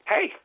Hey